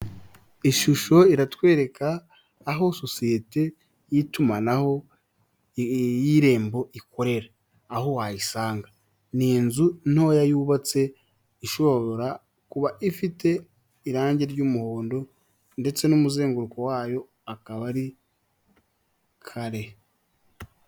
Ishusho iratwereka aho sosiyete y'itumanaho y'irembo ikorera, aho wayisanga. Ni inzu ntoya yubatse ishobora kuba ifite irange ry'umuhondo ndetse n'umuzenguruko wayo akaba ari kare.